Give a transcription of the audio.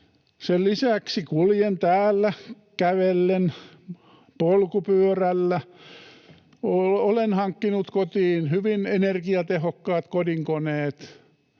Sen lisäksi kuljen täällä kävellen, polkupyörällä. Olen hankkinut kotiin hyvin energiatehokkaat kodinkoneet.